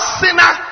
sinner